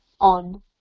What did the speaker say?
on